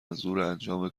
منظورانجام